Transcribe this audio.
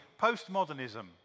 postmodernism